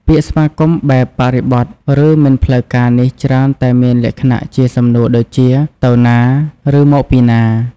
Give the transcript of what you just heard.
ពាក្យស្វាគមន៍បែបបរិបទឬមិនផ្លូវការនេះច្រើនតែមានលក្ខណៈជាសំណួរដូចជា “ទៅណា?” ឬ “មកពីណា?”។